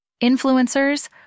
Influencers